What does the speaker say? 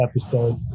episode